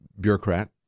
bureaucrat